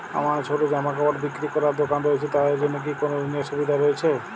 আমার ছোটো জামাকাপড় বিক্রি করার দোকান রয়েছে তা এর জন্য কি কোনো ঋণের সুবিধে রয়েছে?